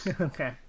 okay